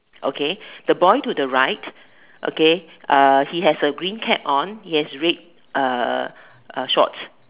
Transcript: okay the boy to the right okay uh he has a green cap on he has red uh uh shorts